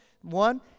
one